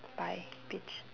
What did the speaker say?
bye bitch